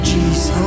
Jesus